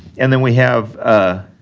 and then we have ah